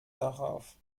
darauf